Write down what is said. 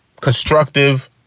constructive